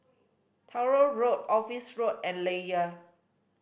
Truro Road Office Road and Layar